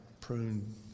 pruned